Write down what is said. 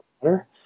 water-